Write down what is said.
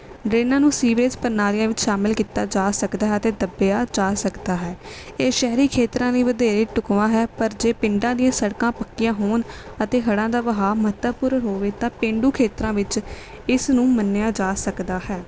ਡਰੇਨਾਂ ਨੂੰ ਸੀਵਰੇਜ ਪ੍ਰਣਾਲੀਆਂ ਵਿੱਚ ਸ਼ਾਮਿਲ ਕੀਤਾ ਜਾ ਸਕਦਾ ਹੈ ਅਤੇ ਦੱਬਿਆ ਜਾ ਸਕਦਾ ਹੈ ਇਹ ਸ਼ਹਿਰੀ ਖੇਤਰਾਂ ਲਈ ਵਧੇਰੇ ਢੁੱਕਵਾਂ ਹੈ ਪਰ ਜੇ ਪਿੰਡਾਂ ਦੀਆਂ ਸੜਕਾਂ ਪੱਕੀਆਂ ਹੋਣ ਅਤੇ ਹੜ੍ਹਾਂ ਦਾ ਵਹਾਅ ਮਹੱਤਵਪੂਰਨ ਹੋਵੇ ਤਾਂ ਪੇਂਡੂ ਖੇਤਰਾਂ ਵਿੱਚ ਇਸ ਨੂੰ ਮੰਨਿਆ ਜਾ ਸਕਦਾ ਹੈ